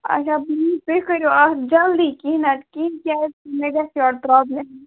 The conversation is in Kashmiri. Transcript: اچھا پٕلیٖز تُہۍ کٔرِو اَتھ جَلدی کیٚنٛہہ نَتہٕ کیٚنٛہہ کیازِ کہِ مےٚ گَژھہِ نَتہٕ پرابلٕم